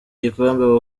gikombe